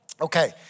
Okay